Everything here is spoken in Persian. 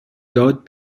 یاد